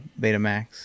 Betamax